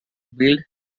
build